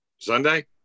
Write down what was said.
Sunday